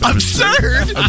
Absurd